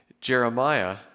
Jeremiah